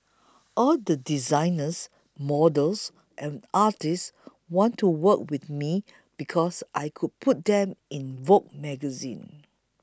all the designers models and artists wanted to work with me because I could put them in Vogue magazine